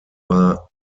war